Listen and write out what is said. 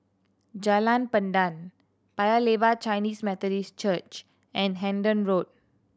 Jalan Pandan Paya Lebar Chinese Methodist Church and Hendon Road